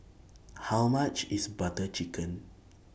How much IS Butter Chicken